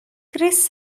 chris